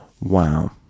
Wow